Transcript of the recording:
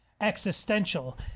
existential